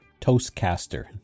Toastcaster